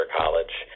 college